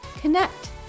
Connect